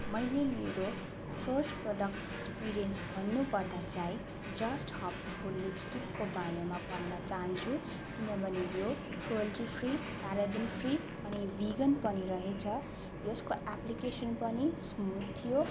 मैले मेरो first product experience भन्नु पर्दा चाहिँ जस्ट हब्सको लिप्सटिकको बारेमा भन्न चाहन्छु किनभने यो क्रुयल्टी फ्री पाराबिन फ्री अनि भिगन पनि रहेछ यसको एप्लिकेसन पनि स्मुथ थियो